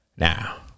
Now